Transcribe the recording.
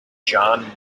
john